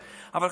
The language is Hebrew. אבל חברים,